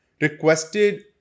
requested